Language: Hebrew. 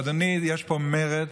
אדוני, יש פה מרד.